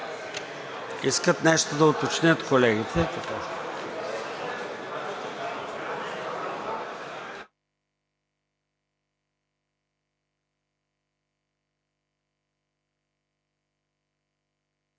Искат нещо да уточнят колегите.